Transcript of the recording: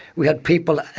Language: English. we had people,